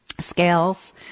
scales